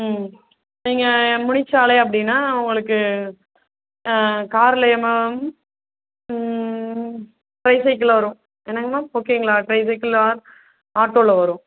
ம் நீங்கள் முனிச்சாலை அப்படின்னா உங்களுக்கு காரில் ஏறினாலும் ட்ரை சைக்கிள் வரும் என்னெங்க மேம் ஓகேங்களா ட்ரை சைக்கிள் ஆர் ஆட்டோவில வரும்